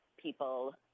people